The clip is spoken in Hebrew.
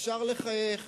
אפשר לחייך,